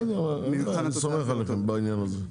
בסדר, אני סומך עליכם בעניין הזה.